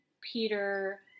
Peter